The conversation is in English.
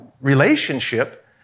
relationship